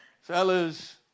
fellas